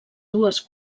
dues